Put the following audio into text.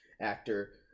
actor